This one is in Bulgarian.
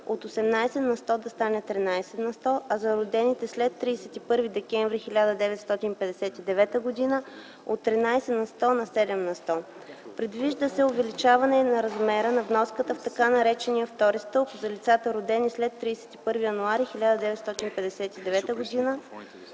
от 18 на сто да стане 13 на сто, а за родените след 31 декември 1959 г. – от 13 на сто на 7 на сто. Предвижда се увеличаване и на размера на вноската в така наречения „втори стълб” за лицата, родени след 31 декември 1959 г.